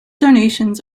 donations